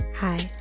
Hi